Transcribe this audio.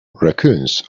raccoons